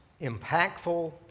impactful